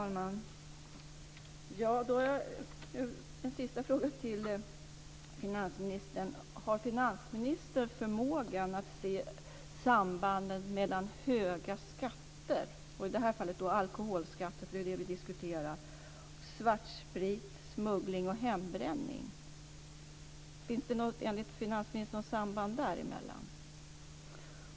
Herr talman! Jag har en sista fråga till finansministern: Har finansministern förmågan att se sambanden mellan höga skatter - i det här fallet alkoholskatter, för det är det vi diskuterar - svartsprit, smuggling och hembränning? Finns det enligt finansministern något samband däremellan?